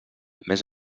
més